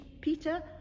Peter